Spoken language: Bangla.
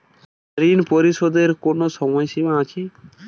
ঋণ পরিশোধের কোনো সময় সীমা আছে?